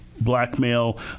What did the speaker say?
Blackmail